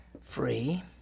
Free